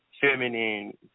feminine